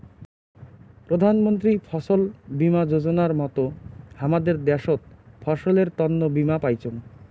প্রধান মন্ত্রী ফছল বীমা যোজনার মত হামাদের দ্যাশোত ফসলের তন্ন বীমা পাইচুঙ